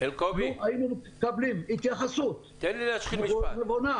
לו היינו מקבלים התייחסות בונה,